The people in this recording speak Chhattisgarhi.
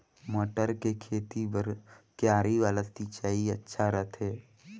मटर के खेती बर क्यारी वाला सिंचाई अच्छा रथे?